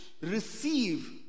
receive